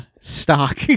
stock